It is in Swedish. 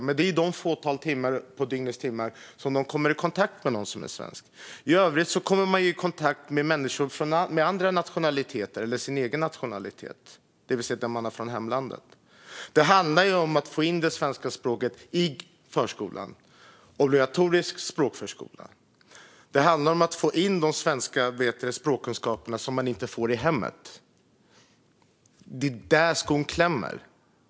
Men det är under ett fåtal av dygnets timmar som de kommer i kontakt med någon som är svensk. I övrigt kommer de i kontakt med människor med andra nationaliteter eller sin egen nationalitet, det vill säga den de har från hemlandet. Det handlar om att få in det svenska språket i förskolan. Det handlar om obligatorisk språkförskola. Det handlar om att få in de svenska språkkunskaperna, som man inte får i hemmet. Det är där skon klämmer.